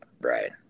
Right